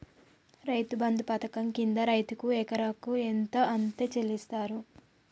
రైతు బంధు పథకం కింద రైతుకు ఎకరాకు ఎంత అత్తే చెల్లిస్తరు?